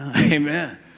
amen